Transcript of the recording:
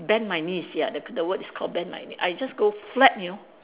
bent my knees ya the the word is called bent my knee I just go flat you know